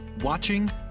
watching